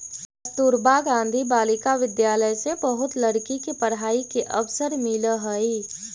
कस्तूरबा गांधी बालिका विद्यालय से बहुत लड़की के पढ़ाई के अवसर मिलऽ हई